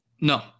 no